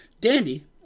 Dandy